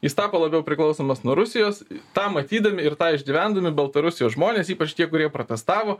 jis tapo labiau priklausomas nuo rusijos tą matydami ir tą išgyvendami baltarusijos žmonės ypač tie kurie protestavo